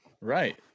right